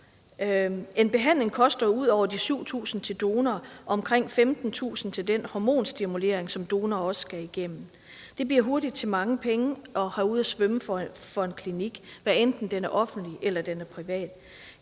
En behandling koster ud over de 7.000 kr. til donor omkring 15.000 kr. til den hormonstimulering, som donor også skal igennem. Det bliver hurtigt til mange penge at have ude at svømme for en klinik, hvad enten den er offentlig, eller den